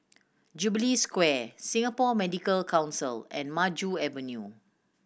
Jubilee Square Singapore Medical Council and Maju Avenue